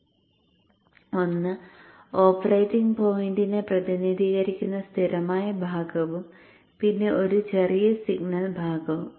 ഒന്ന് ഓപ്പറേറ്റിംഗ് പോയിന്റിനെ പ്രതിനിധീകരിക്കുന്ന സ്ഥിരമായ ഭാഗവും പിന്നെ ഒരു ചെറിയ സിഗ്നൽ ഭാഗവും